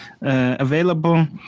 available